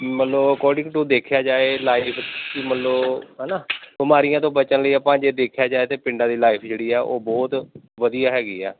ਮੰਨ ਲਉ according to ਦੇਖਿਆ ਜਾਵੇ ਲਾਈਵ ਕਿ ਮੰਨ ਲਉ ਹੈ ਨਾ ਬਿਮਾਰੀਆਂ ਤੋਂ ਬਚਣ ਲਈ ਆਪਾਂ ਜੇ ਦੇਖਿਆ ਜਾਵੇ ਤਾਂ ਪਿੰਡਾਂ ਦੀ ਲਾਈਫ ਜਿਹੜੀ ਆ ਉਹ ਬਹੁਤ ਵਧੀਆ ਹੈਗੀ ਆ